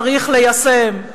צריך ליישם,